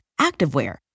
activewear